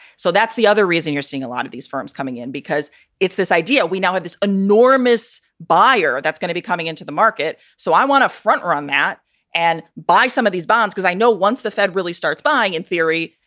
so that's the other reason you're seeing a lot of these firms coming in, because if this idea we know at this enormous buyer that's going to be coming into the market. so i want to front run that and buy some of these bonds because i know once the fed really starts buying in theory,